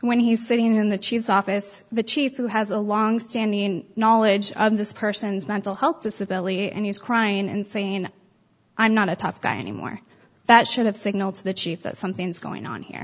when he's sitting in the chief's office the chief who has a longstanding knowledge of this person's mental health disability and he's crying and saying i'm not a tough guy anymore that should have signaled to the chief that something's going on here